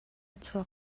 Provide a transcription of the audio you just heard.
chuak